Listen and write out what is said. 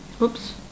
Oops